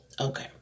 Okay